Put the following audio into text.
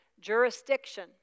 jurisdiction